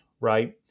right